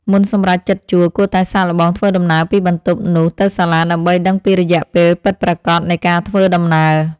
មុនសម្រេចចិត្តជួល គួរតែសាកល្បងធ្វើដំណើរពីបន្ទប់នោះទៅសាលាដើម្បីដឹងពីរយៈពេលពិតប្រាកដនៃការធ្វើដំណើរ។